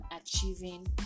achieving